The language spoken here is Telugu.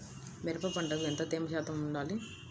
మిరప పంటకు ఎంత తేమ శాతం వుండాలి?